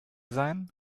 sein